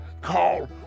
Call